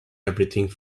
everything